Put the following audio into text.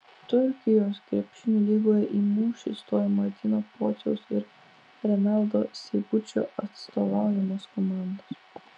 turkijos krepšinio lygoje į mūšį stojo martyno pociaus ir renaldo seibučio atstovaujamos komandos